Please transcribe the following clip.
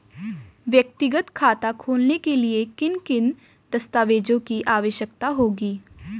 व्यक्तिगत खाता खोलने के लिए किन किन दस्तावेज़ों की आवश्यकता होगी?